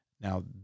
Now